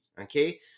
okay